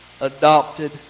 adopted